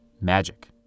magic